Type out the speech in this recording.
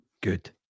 Good